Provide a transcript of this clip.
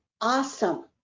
awesome